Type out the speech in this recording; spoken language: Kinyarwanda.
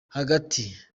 hagati